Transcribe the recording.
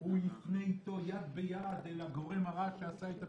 הוא יפנה אתו יד ביד אל הגורם הרע שעשה את הפעילות.